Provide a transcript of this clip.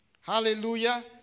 Hallelujah